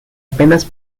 apenas